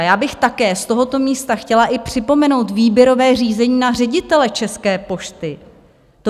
Já bych také z tohoto místa chtěla i připomenout výběrové řízení na ředitele České pošty.